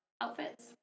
outfits